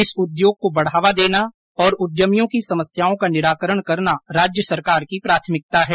इस उद्योग को बढ़ावा देना और उद्यमियों की समस्याओं का निराकरण करना राज्य सरकार की प्राथमिकता है